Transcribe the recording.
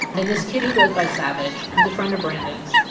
and this kid who goes by savage, who's a friend of brandon's,